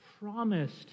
promised